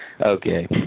Okay